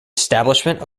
establishment